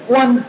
one